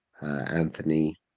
Anthony